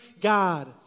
god